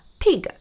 pig